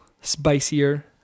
spicier